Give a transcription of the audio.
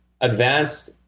advanced